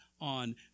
on